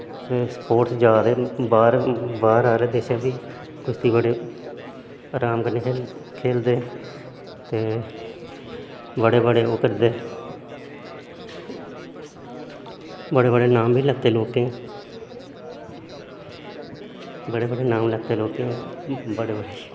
sports जा दे बाह्र आह्लैं देशैं बी कुश्तीबड़ी राम कन्नै खेलदे ते बड़े बड़े ओह् करदे बड़े बड़े नाम बी लैत्ते लोकैं बड़े बड़े नाम लैत्ते लोकैं बड़े बड़े